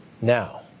Now